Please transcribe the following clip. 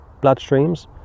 bloodstreams